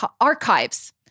archives